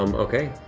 um okay,